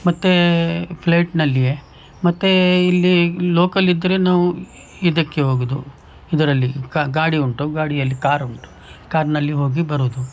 ಮತ್ತೆ ಫ್ಲೈಟ್ನಲ್ಲಿಯೇ ಮತ್ತೆ ಇಲ್ಲಿ ಲೋಕಲ್ ಇದ್ದರೆ ನಾವು ಇದಕ್ಕೆ ಹೋಗೋದು ಇದರಲ್ಲಿ ಗಾಡಿ ಉಂಟು ಗಾಡಿಯಲ್ಲಿ ಕಾರ್ ಉಂಟು ಕಾರ್ನಲ್ಲಿ ಹೋಗಿ ಬರೋದು